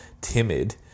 timid